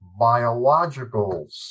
biologicals